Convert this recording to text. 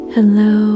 Hello